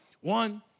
One